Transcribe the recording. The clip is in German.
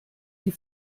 die